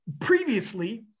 previously